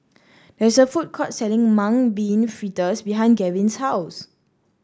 there is a food court selling Mung Bean Fritters behind Gavin's house